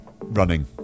running